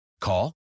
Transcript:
Call